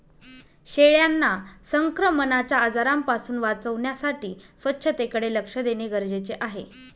शेळ्यांना संक्रमणाच्या आजारांपासून वाचवण्यासाठी स्वच्छतेकडे लक्ष देणे गरजेचे आहे